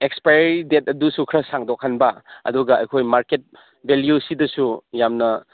expiry date ꯑꯗꯨꯁꯨ ꯈꯔ ꯁꯥꯡꯗꯣꯛꯍꯟꯕ ꯑꯗꯨꯒ ꯑꯩꯈꯣꯏ ꯃꯥꯔꯀꯦꯠ ꯕꯦꯂ꯭ꯌꯨꯁꯤꯗꯁꯨ ꯌꯥꯝꯅ